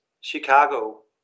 Chicago